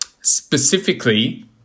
Specifically